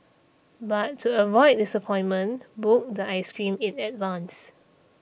but to avoid disappointment book the ice cream in advance